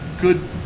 good